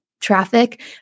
traffic